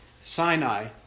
Sinai